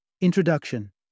Introduction